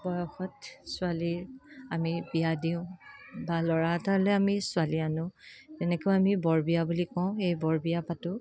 বয়সত ছোৱালী আমি বিয়া দিওঁ বা ল'ৰা এটালৈ আমি ছোৱালী আনো এনেকুৱা আমি বৰবিয়া বুলি কওঁ আমি এই বৰবিয়া পাতোঁ